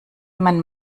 man